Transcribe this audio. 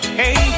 hey